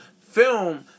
film